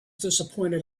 disappointed